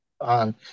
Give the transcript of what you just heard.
on